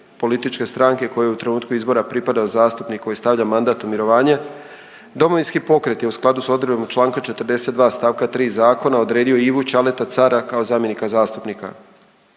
političke stranke kojoj u trenutku izbora pripada zastupnik koji stavlja mandat u mirovine, Domovinski pokret je u skladu s odredbom čl. 42 st. 3 zakona odredio Ivu Čaleta Cara kao zamjenika zastupnika.